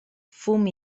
fum